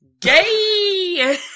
gay